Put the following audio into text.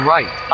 Right